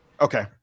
Okay